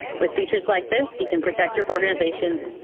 with features like this, you can protect your organizations,